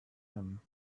him